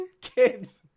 Kids